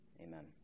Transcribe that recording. Amen